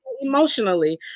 emotionally